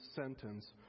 sentence